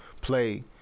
play